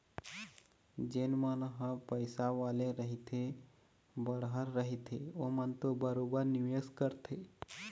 जेन मन ह पइसा वाले रहिथे बड़हर रहिथे ओमन तो बरोबर निवेस करथे